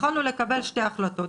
יכולנו לקבל 2 החלטות,